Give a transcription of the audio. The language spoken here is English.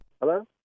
Hello